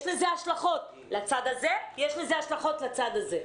יש לזה השלכות לצד הזה ויש לזה השלכות לצד הזה.